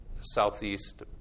southeast